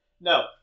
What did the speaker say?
No